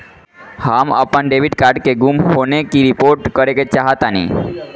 हम अपन debit card के गुम होने की रिपोर्ट करे चाहतानी